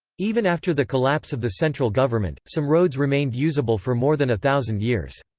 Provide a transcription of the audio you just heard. even after the collapse of the central government, some roads remained usable for more than a thousand years.